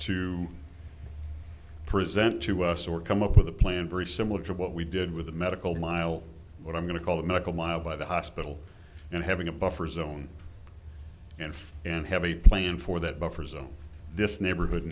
to present to us or come up with a plan very similar to what we did with the medical mile what i'm going to call the miracle mile by the hospital and having a buffer zone and and have a plan for that buffer zone this neighborhood